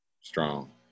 Strong